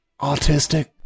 Autistic